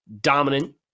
dominant